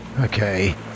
Okay